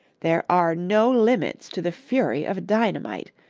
there are no limits to the fury of dynamite,